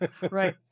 right